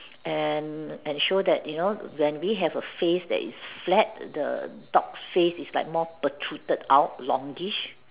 and and show that we have a face that is flat and the dog's face is protruded out longish